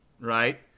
right